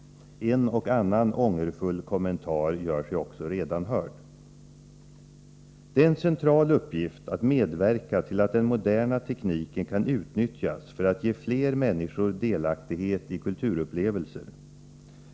En och annan ångerfull kommentar gör sig också redan hörd. Det är en central uppgift att medverka till att den moderna tekniken kan utnyttjas för att ge fler människor delaktighet i kulturupplevelser.